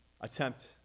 attempt